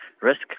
risk